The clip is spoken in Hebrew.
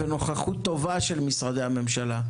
הייתה פה נוכחות טובה של משרדי הממשלה,